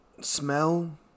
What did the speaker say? Smell